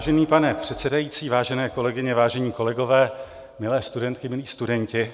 Vážený pane předsedající, vážené kolegyně, vážení kolegové, milé studentky, milí studenti.